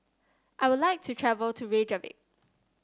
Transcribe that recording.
I would like to travel to Reykjavik